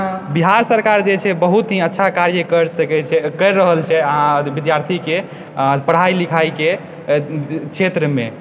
बिहार सरकार जे छै बहुत ही अच्छा कार्य कर सकै करि रहल छै आओर विद्यार्थीके पढ़ाई लिखाईके क्षेत्रमे